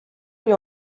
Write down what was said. lui